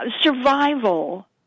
survival